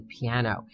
piano